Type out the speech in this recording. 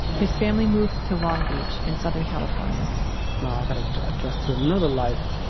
his family moved to long beach in southern california now i gotta adjust to another life.